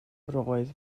roedd